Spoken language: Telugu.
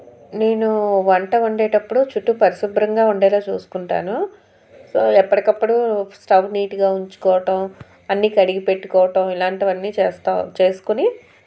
నేను వంట వండేటప్పుడు చుట్టూ పరిశుభ్రంగా ఉండేలా చూసుకుంటాను సో ఎప్పటికప్పుడు స్టవ్ నీట్గా ఉంచుకోవడం అన్ని కడిగి పెట్టుకోవడం ఇలాంటివన్నీ చేస్తూ చేసుకొని